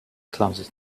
clumsy